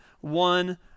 one